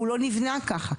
הוא לא נבנה ככה,